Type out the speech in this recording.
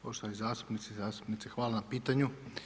Poštovani zastupnici i zastupnice, hvala na pitanju.